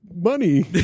money